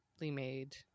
made